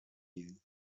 you